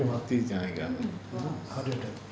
janakiraman